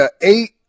eight